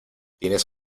tienes